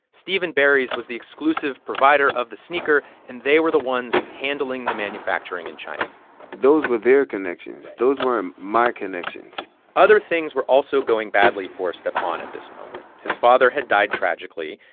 steve and barry's was the exclusive provider of the sneaker, and they were the ones handling the manufacturing in china those were their connections. those weren't my connections other things were also going badly for stephon at this moment. his father had died tragically,